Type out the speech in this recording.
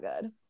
good